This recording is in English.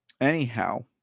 Anyhow